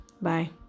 Bye